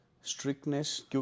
strictness